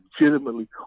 legitimately